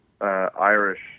irish